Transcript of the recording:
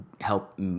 help